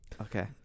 Okay